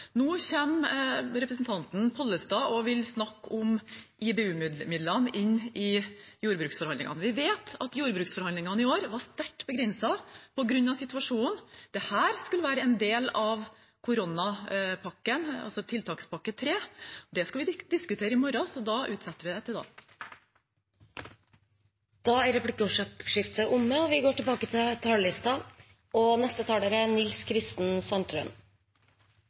Nå kommer representanten Pollestad og vil snakke om IBU-midlene, inn i jordbruksforhandlingene. Vi vet at jordbruksforhandlingene i år var sterkt begrenset på grunn av situasjonen. Dette skulle være en del av koronapakken, tiltakspakke 3. Det skal vi diskutere i morgen, så vi utsetter det til da. Replikkordskiftet er omme. Norge er mulighetenes land, og vi